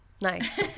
Nice